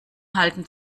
halten